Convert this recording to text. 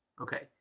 Okay